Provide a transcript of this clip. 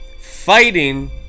fighting